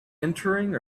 entering